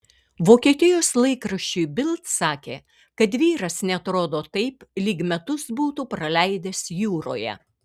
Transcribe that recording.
vokietijos laikraščiui bild sakė kad vyras neatrodo taip lyg metus būtų praleidęs jūroje